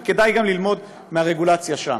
וכדאי ללמוד מהרגולציה שם.